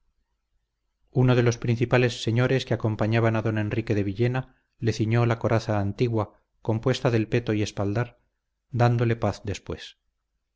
uno de los principales señores que acompañaban a don enrique de villena le ciñó la coraza antigua compuesta del peto y espaldar dándole paz después